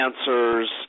answers